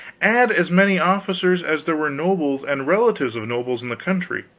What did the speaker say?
add as many officers as there were nobles and relatives of nobles in the country,